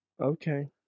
Okay